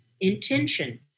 intention